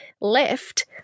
left